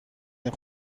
این